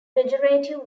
pejorative